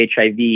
HIV